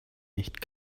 nicht